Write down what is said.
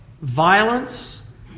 violence